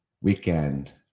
weekend